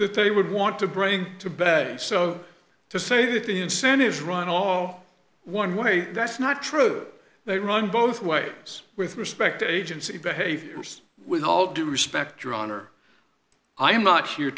that they would want to bring to bed and so to say that the incentive is right all one way that's not true they run both ways with respect to agency behaviors with all due respect your honor i am not here